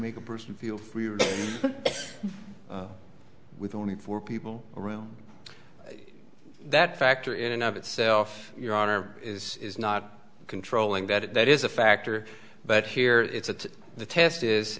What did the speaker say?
make a person feel freer if with only four people around that factor in and of itself your honor is is not controlling that that is a factor but here it's the test is